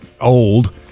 old